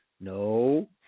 No